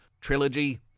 trilogy